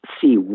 see